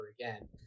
again